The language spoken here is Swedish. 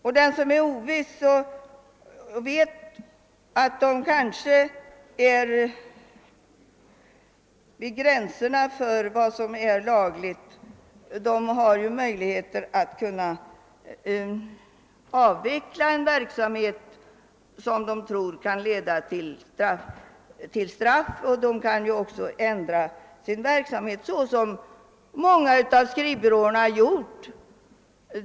Den som känner sig oviss och som kanske befinner sig på gränsen till vad som är lagligt har möjlighet att avveckla en verksamhet som han tror kan leda till straff och ändra verksamheten i likhet med vad många av skrivbyråerna har gjort.